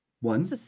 One